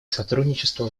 сотрудничества